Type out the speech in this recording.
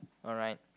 alright